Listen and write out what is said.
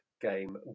game